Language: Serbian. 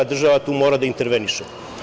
Država tu mora da interveniše.